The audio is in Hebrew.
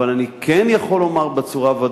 אבל אני כן יכול לומר בוודאות,